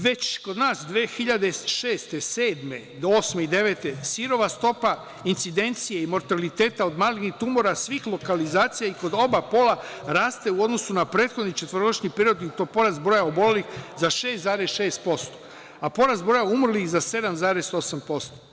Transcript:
Već kod nas 2006, 2007, 2008. i 2009. godine sirova stopa incidencije i mortaliteta od malignih tumora svih lokalizacija i kod oba pola, raste u odnosu na prethodni četvorogodišnji period i to porast broja obolelih za 6,6%, a porast broja umrlih za 7,8%